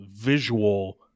visual